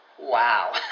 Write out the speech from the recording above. wow